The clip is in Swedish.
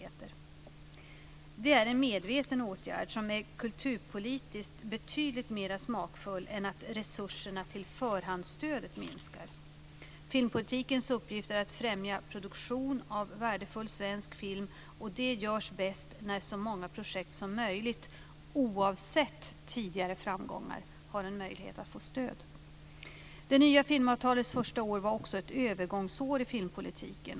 Det är en medveten åtgärd som är kulturpolitiskt betydligt mera smakfull än att resurserna till förhandsstödet minskar. Filmpolitikens uppgift är att främja produktion av värdefull svensk film och det görs bäst när så många projekt som möjligt - oavsett tidigare framgångar - har en möjlighet att få stöd. Det nya filmavtalets första år var också ett övergångsår i filmpolitiken.